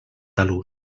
talús